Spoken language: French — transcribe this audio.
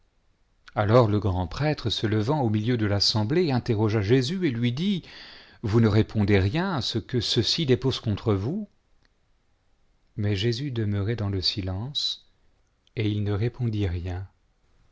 alors le grand prétre se levant au milieu de l'assemblée interrogea jésus et lai dit vous ne répondez rien à ce que ceux ci déposent contre vous mais jésus demeurait dans le silence et il ne répondit rien